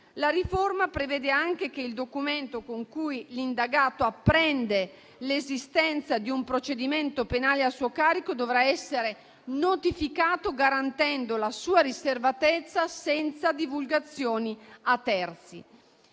La riforma prevede anche che il documento con cui l'indagato apprende dell'esistenza di un procedimento penale a suo carico dovrà essere notificato garantendo la sua riservatezza senza divulgazioni a terzi.